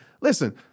Listen